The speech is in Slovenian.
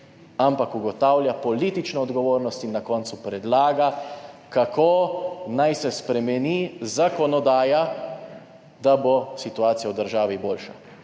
ampak ugotavlja politično odgovornost in na koncu predlaga, kako naj se spremeni zakonodaja, da bo situacija v državi boljša.